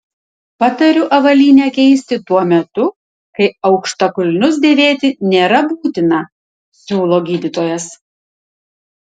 patariu avalynę keisti tuo metu kai aukštakulnius dėvėti nėra būtina siūlo gydytojas